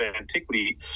antiquity